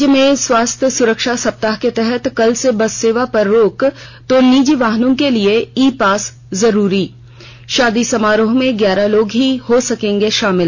राज्य में स्वास्थ्य सुरक्षा सप्ताह के तहत कल से बस सेवा पर रोक तो निजी वाहनों के लिए ई पास जरूरी शादी समारोह में ग्यारह लोग हो सकेंगे शामिल